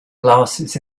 glasses